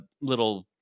little